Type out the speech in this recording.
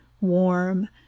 warm